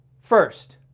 First